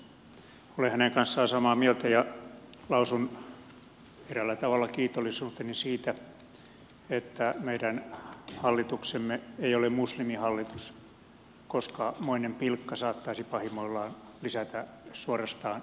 olen hänen kanssaan samaa mieltä ja lausun eräällä tavalla kiitollisuuteni siitä että meidän hallituksemme ei ole muslimihallitus koska moinen pilkka saattaisi pahimmoillaan lisätä suorastaan